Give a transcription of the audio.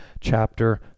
chapter